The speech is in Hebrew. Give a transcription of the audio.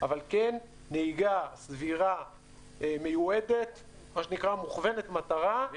אבל כן נהיגה סבירה מכוונת מטרה על פי החוק.